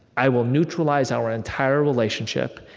i will neutralize our entire relationship,